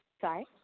sorry